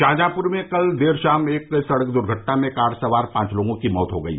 शाहजहांपुर में कल देर शाम एक सड़क दूर्घटना में कार सवार पांच लोगों की मौत हो गयी